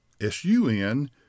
S-U-N